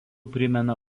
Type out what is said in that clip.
primena